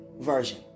version